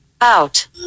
Out